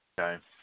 Okay